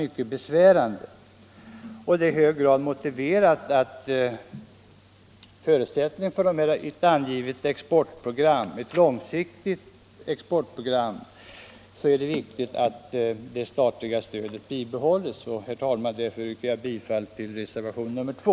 Jag anser att det är i hög grad motiverat — och en förutsättning för ett långsiktigt exportprogram — att det statliga stödet bibehålles. Herr talman! Jag yrkar bifall till reservationen 2.